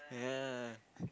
ya